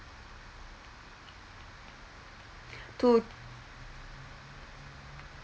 two